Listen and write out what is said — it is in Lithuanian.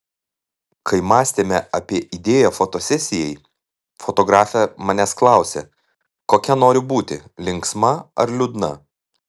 kai mąstėme apie idėją fotosesijai fotografė manęs klausė kokia noriu būti linksma ar liūdna